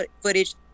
footage